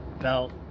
belt